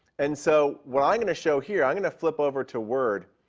and so what i'm going to show here, i'm going to flip over to word,